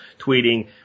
tweeting